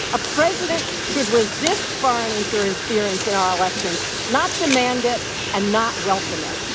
a president should resist foreign interference in our elections, not demand it and not welcome it.